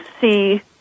see